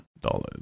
dollars